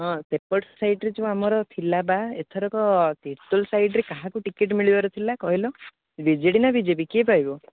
ହଁ ସେପଟ ସାଇଡ୍ରେ ଯୋଉ ଆମର ଥିଲା ବା ଏଥରକ ତିର୍ତ୍ତୋଲ୍ ସାଇଡ୍ରେ କାହାକୁ ଟିକେଟ୍ ମିଳିବାର ଥିଲା କହିଲ ବି ଜେ ଡି ନା ବି ଜେ ପି କିଏ ପାଇବ